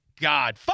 god